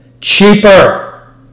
cheaper